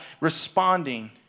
responding